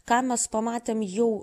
ką mes pamatėm jau